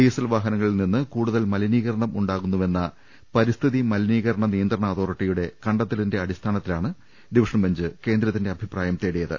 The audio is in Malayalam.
ഡീസൽ വാഹനങ്ങളിൽ നിന്ന് കൂടുതൽ മലിനീകരണം ഉണ്ടാകുന്നുവെന്ന പരിസ്ഥിതി മലിനീകരണ നിയന്ത്രണ അതോറിറ്റിയുടെ കണ്ടെത്തലിന്റെ അടിസ്ഥാനത്തിലാണ് ഡിവി ഷൻ ബെഞ്ച് കേന്ദ്രത്തിന്റെ അഭിപ്രായം തേടിയത്